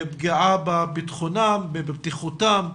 פגיעה בביטחונם, בבטיחותם,